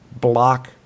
block